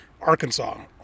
Arkansas